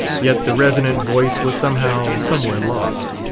yet the resonant voice was somehow, somewhere lost.